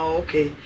okay